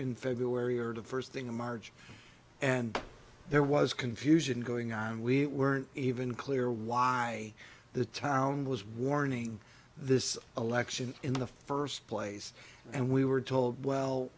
or the first thing in march and there was confusion going on we weren't even clear why the town was warning this election in the first place and we were told well